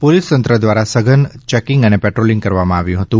police તંત્ર દ્વારા સઘન ચેકીંગ અને પેટ્રોલીંગ કરવામાં આવ્યું હતું